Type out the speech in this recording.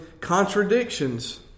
contradictions